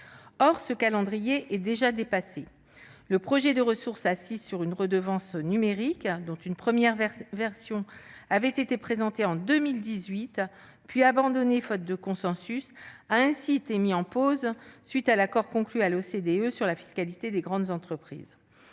Or ce calendrier est déjà dépassé. Le projet de ressource assise sur une redevance numérique, dont une première version avait été présentée en 2018, puis abandonnée faute de consensus, a ainsi été mis en pause à la suite de l'accord conclu à l'OCDE sur la fiscalité des grandes entreprises.